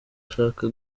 ashaka